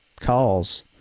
calls